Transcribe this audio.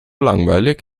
langweilig